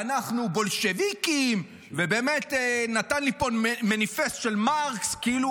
הוא באמת נתן לי פה מניפסט של מרקס כאילו